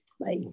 bye